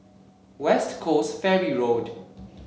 West Coast Ferry Road